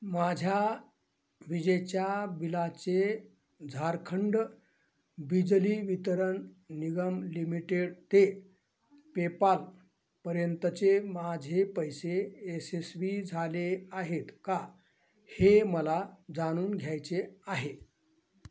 माझ्या विजेच्या बिलाचे झारखंड बिजली वितरण निगम लिमिटेड ते पेपालपर्यंतचे माझे पैसे यशस्वी झाले आहेत का हे मला जाणून घ्यायचे आहे